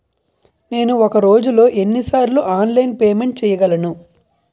నేను ఒక రోజులో ఎన్ని సార్లు ఆన్లైన్ పేమెంట్ చేయగలను?